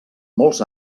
molts